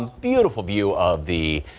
beautiful view of the